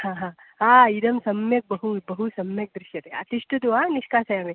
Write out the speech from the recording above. हा हा हा इदं सम्यक् बहु बहु सम्यक् दृश्यते तिष्ठति वा निष्कासयामि